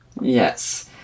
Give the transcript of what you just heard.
Yes